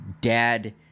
Dad